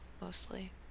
Mostly